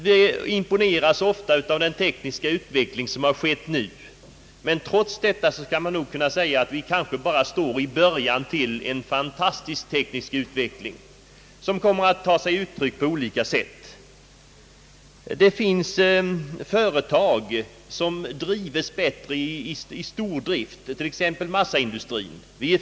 Man imponeras ofta av den tekniska utveckling som hittills har ägt rum, men faktum är att vi bara står i början av en fantastisk teknisk utveckling, som kommer att ta sig uttryck på olika sätt. Det finns företag som drivs bättre i stordrift, t.ex. massaindustrin.